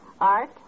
Art